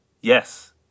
Yes